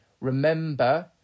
Remember